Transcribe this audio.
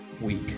week